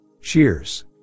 Cheers